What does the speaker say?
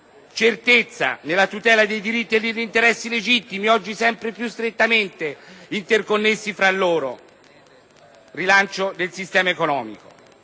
certezza nella tutela dei diritti e degli interessi legittimi, oggi sempre più strettamente interconnessi fra loro; rilancio del sistema economico.